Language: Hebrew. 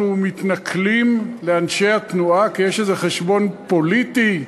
מתנכלים לאנשי התנועה כי יש איזה חשבון פוליטי,